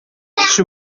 кеше